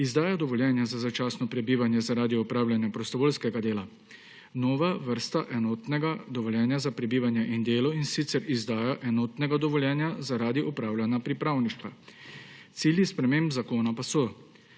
izdaja dovoljenja za začasno prebivanje zaradi opravljanja prostovoljskega dela, nova vrsta enotnega dovoljenja za prebivanje in delo, in sicer izdaja enotnega dovoljenja zaradi opravljanja pripravništva. Cilji sprememb zakona pa so: